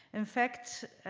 in fact,